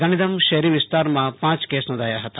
ગાંધીધામ શહેરી વિસ્તારમાં પાંચ કેસ નોંધાયા હતા